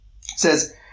says